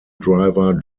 driver